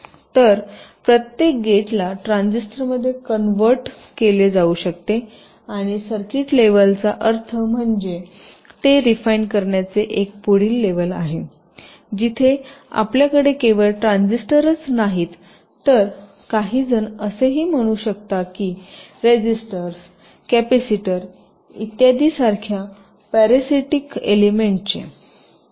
तर प्रत्येक गेटला ट्रान्झिस्टर मध्ये कन्व्हर्ट केले जाऊ शकते आणि सर्किट लेव्हलचा अर्थ म्हणजे ते रिफाईन करण्याचे एक पुढील लेव्हल आहे जिथे आपल्याकडे केवळ ट्रान्झिस्टर च नाहीत तर काहीजण असेही म्हणू शकता की रेजिस्टर कॅपेसिटर इत्यादी सारख्या पॅरासिटिक एलिमेंटचे